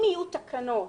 אם תהיינה תקנות.